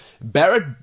Barrett